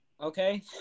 Okay